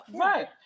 right